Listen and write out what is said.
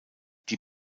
die